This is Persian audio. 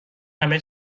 همه